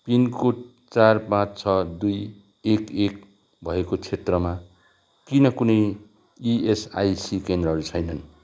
pin code चार पाँच छ दुई एक एक भएको क्षेत्रमा किन कुनै इएसआइसी केन्द्रहरू छैनन्